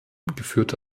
geführte